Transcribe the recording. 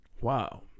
Wow